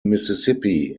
mississippi